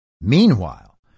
Meanwhile